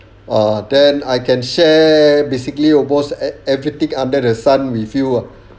ah then I can share basically almost e~ everything under the sun with you ah